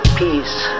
peace